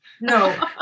No